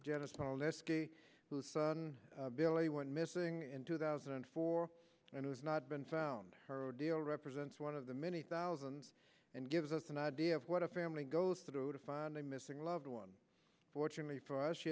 esky whose son billy went missing in two thousand and four and has not been found her ordeal represents one of the many thousands and gives us an idea of what a family goes through to find a missing loved one fortunately for us she